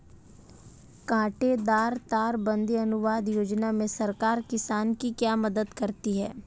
कांटेदार तार बंदी अनुदान योजना में सरकार किसान की क्या मदद करती है?